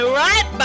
right